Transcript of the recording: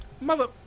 Mother